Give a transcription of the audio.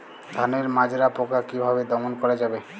ধানের মাজরা পোকা কি ভাবে দমন করা যাবে?